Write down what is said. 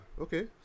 okay